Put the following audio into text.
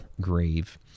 grave